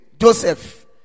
Joseph